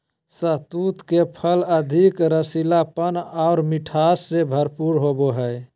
शहतूत के फल अधिक रसीलापन आर मिठास से भरल होवो हय